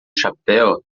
chapéu